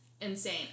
insane